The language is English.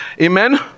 amen